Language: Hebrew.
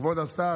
כבוד השר,